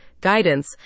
guidance